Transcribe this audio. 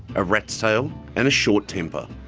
a rat's tail and a short temper.